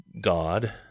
God